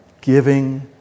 giving